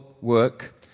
work